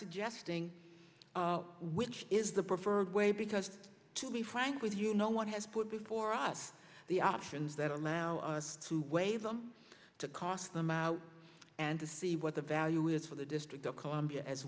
suggesting which is the preferred way because to be frank with you no one has put before us the options that allow us to waive them to cost them out and to see what the value is for the district of columbia as